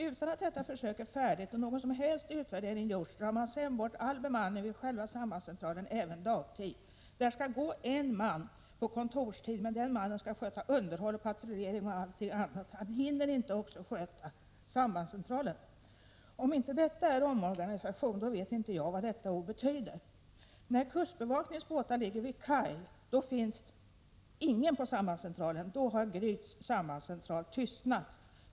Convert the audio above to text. Utan att detta försök är slutfört och utan att någon som helst utvärdering har gjorts drar man sedan in all bemanning vid själva sambandscentralen även under dagtid. Det skall finnas en man där under kontorstid, men den mannen skall sköta underhåll, patrullering och allt annat. Han hinner inte att också sköta sambandscentralen. Om inte detta är omorganisation, då vet inte jag vad detta ord betyder. När kustbevakningens båtar ligger vid kaj finns ingen på sambandscentralen. Då har Gryts sambandscentral tystnat.